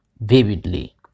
vividly